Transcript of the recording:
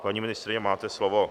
Paní ministryně, máte slovo.